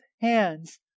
hands